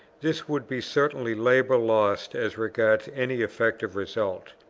this would be certainly labour lost as regards any effective result.